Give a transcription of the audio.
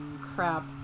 Crap